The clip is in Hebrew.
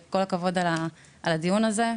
כל הכבוד על הדיון הזה,